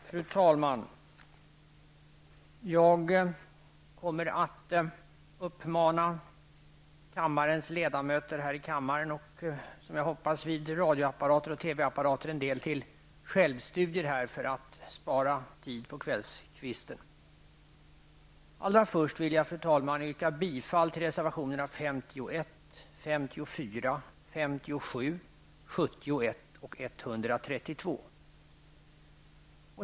Fru talman! Jag kommer att uppmana kammarens ledamöter, de som sitter här i kammaren och de som sitter vid radio och TV-apparater, till självstudier för att jag skall spara tid på kvällskvisten. Allra först vill jag, fru talman, yrka bifall till reservationerna 51, 54, 57, 71 och 132.